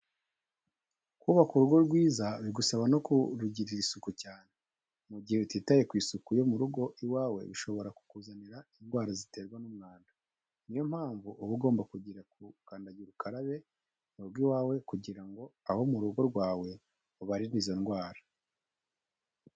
Kubaka urugo rwiza bigusaba no kurugirira isuku cyane. Mu gihe utitaye ku isuku yo mu rugo iwawe bishobora kukuzanira indwara ziterwa n'umwanda. Ni yo mpamvu uba ugomba kugira kandagira ukarabe mu rugo iwawe kugira ngo abo mu rugo rwawe ubarinde izo ndwara.